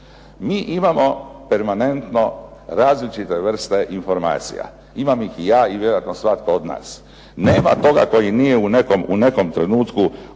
Mi imamo permanentno različite vrste informacija. Imam ih i ja i vjerojatno svatko od nas. Nema toga koji nije u nekom trenutku odnosa